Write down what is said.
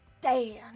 Dan